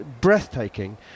breathtaking